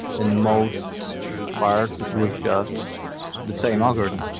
and most part it was just the same algorithm.